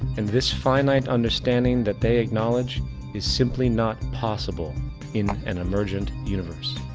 and this finite understanding that they acknowledge is simply not possible in an emergent universe.